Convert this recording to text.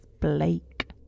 Blake